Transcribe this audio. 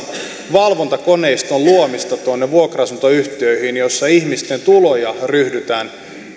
valvontakoneiston luomista vuokra asuntoyhtiöihin jossa ihmisten tuloja ryhdytään